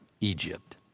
Egypt